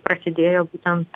prasidėjo būtent